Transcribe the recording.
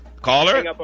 Caller